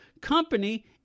company